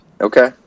okay